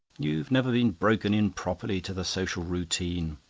you've never been broken in properly to the social routine.